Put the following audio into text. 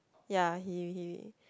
ya he he